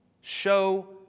Show